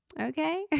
Okay